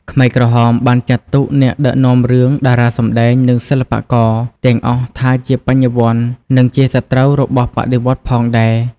ខ្មែរក្រហមបានចាត់ទុក អ្នកដឹកនាំរឿង តារាសម្តែង និងសិល្បករ ទាំងអស់ថាជាបញ្ញវន្ត និងជាសត្រូវរបស់បដិវត្តន៍ផងដែរ។